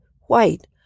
white